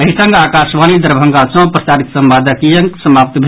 एहि संग आकाशवाणी दरभंगा सँ प्रसारित संवादक ई अंक समाप्त भेल